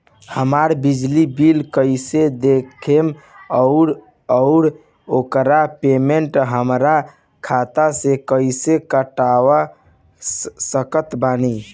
हमार बिजली बिल कईसे देखेमऔर आउर ओकर पेमेंट हमरा खाता से कईसे कटवा सकत बानी?